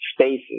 spaces